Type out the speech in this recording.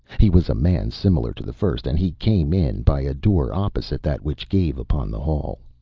he was a man similar to the first, and he came in by a door opposite that which gave upon the hall.